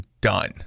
done